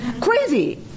crazy